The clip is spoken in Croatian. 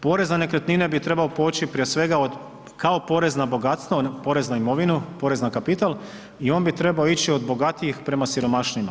Porez na nekretnine bi trebao poći prije svega od, kao porez na bogatstvo, porez na imovinu, porez na kapital i on bi trebao ići od bogatijih prema siromašnijima.